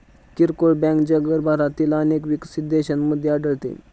किरकोळ बँक जगभरातील अनेक विकसित देशांमध्ये आढळते